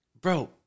Bro